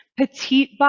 petite